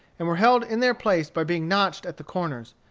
and were held in their place by being notched at the corners.